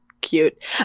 cute